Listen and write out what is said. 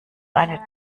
eine